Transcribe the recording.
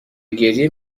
گریه